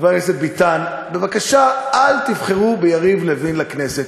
חבר הכנסת ביטן: בבקשה אל תבחרו ביריב לוין לכנסת,